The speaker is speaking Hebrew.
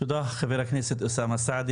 תודה חבר הכנסת אוסאמה סעדי.